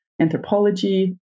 anthropology